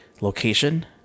location